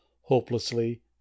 hopelessly